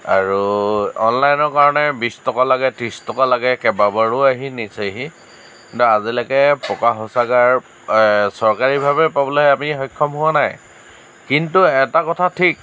আৰু অনলাইনৰ কাৰণে বিছ টকা লাগে ত্ৰিছ টকা লাগে কেইবাবাৰো আহি নিছেহি কিন্তু আজিলৈকে পকা শৌচাগাৰ চৰকাৰীভাৱে পাবলৈ আমি সক্ষম হোৱা নাই কিন্তু এটা কথা ঠিক